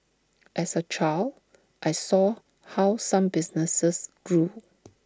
as A child I saw how some businesses grew